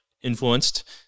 influenced